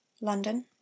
London